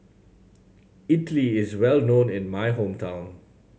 idili is well known in my hometown